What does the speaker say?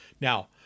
Now